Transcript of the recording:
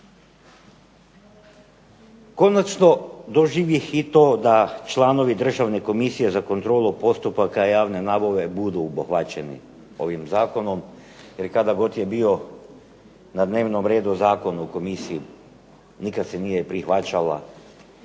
Konačno doživih i to da članovi Državne komisije za kontrolu postupaka javne nabave budu obuhvaćeni ovim zakonom, jer kada god je bio na dnevnom redu Zakon o komisiji nikad se nije prihvaćala